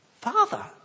Father